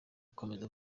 akomeza